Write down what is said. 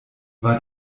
war